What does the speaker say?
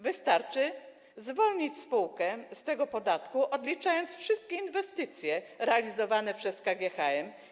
Wystarczy zwolnić spółkę z podatku, odliczając wszystkie inwestycje realizowane przez KGHM.